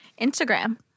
Instagram